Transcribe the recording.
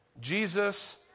Jesus